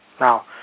now